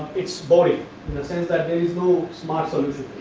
its boring in the sense that there is no smart sort of